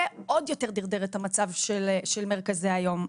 זה עוד יותר דרדר את המצב של מרכזי היום.